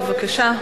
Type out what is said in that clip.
בבקשה.